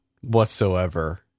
whatsoever